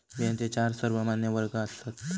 बियांचे चार सर्वमान्य वर्ग आसात